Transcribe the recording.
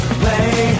play